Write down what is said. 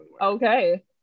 okay